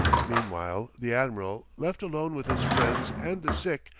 meanwhile the admiral, left alone with his friends and the sick,